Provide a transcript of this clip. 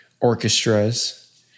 orchestras